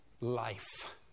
life